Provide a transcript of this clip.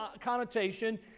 connotation